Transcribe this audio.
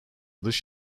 dış